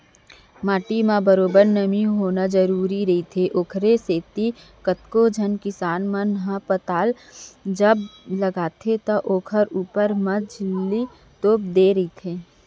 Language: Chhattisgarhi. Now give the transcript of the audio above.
माटी म बरोबर नमी होना जरुरी रहिथे, ओखरे सेती कतको झन किसान मन ह पताल जब लगाथे त ओखर ऊपर म झिल्ली तोप देय रहिथे